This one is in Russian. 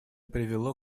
привело